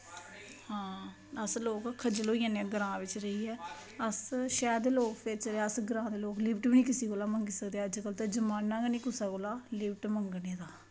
हां अस लोक खज्जल होई जन्ने आं ग्रांऽ बिच्च रेहियै अस शैह्र दे लोक फिर जिसले अस ग्रांऽ दे लोग लिफ्ट बी किसे कोला मंगी सकदे अज्जकल दा जमाना गै नी कुसै कोला लिफ्ट मंगनें दा